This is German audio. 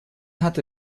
hatte